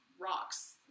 rocks